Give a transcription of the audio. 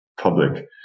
public